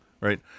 right